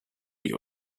you